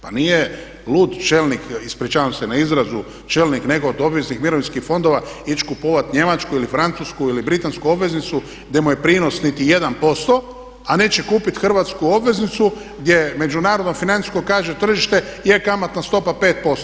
Pa nije lud čelnik, ispričavam se na izrazu, čelnik nekog od obveznih mirovinskih fondova ići kupovati njemačku ili francusku ili britansku obveznicu gdje mu je prinos niti 1%, a neće kupiti hrvatsku obveznicu gdje je međunarodno financijsko kaže tržište je kamatna stopa 5%